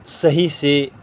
صحیح سے